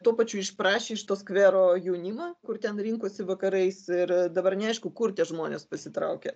tuo pačiu išprašė iš to skvero jaunimą kur ten rinkosi vakarais ir dabar neaišku kur tie žmonės pasitraukia